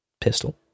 pistol